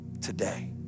today